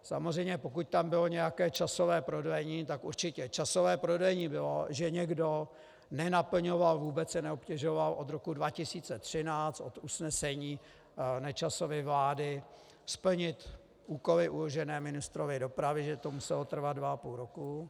Samozřejmě pokud tam bylo nějaké časové prodlení, tak určitě časové prodlení bylo, že někdo nenaplňoval, vůbec se neobtěžoval od roku 2013, od usnesení Nečasovy vlády, splnit úkoly uložené ministrovi dopravy, že to muselo trvat dva a půl roku.